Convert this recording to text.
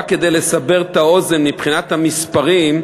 רק כדי לסבר את האוזן, מבחינת המספרים,